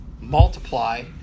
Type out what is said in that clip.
multiply